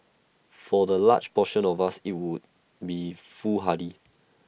for the large portion of us IT would be foolhardy